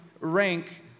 rank